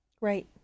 right